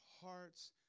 hearts